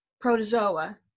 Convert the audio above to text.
protozoa